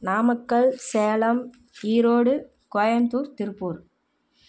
Namakkal Salem Erode Coimbatore Tiruppur